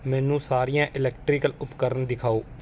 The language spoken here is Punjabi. ਮੈਨੂੰ ਸਾਰੀਆਂ ਇਲੈਕਟ੍ਰੀਕਲ ਉਪਕਰਨ ਦਿਖਾਓ